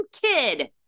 kid